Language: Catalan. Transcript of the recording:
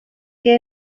que